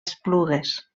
esplugues